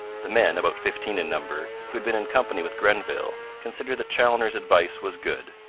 the men, about fifteen in number, who had been in company with grenville, considered that chaloner's advice was good,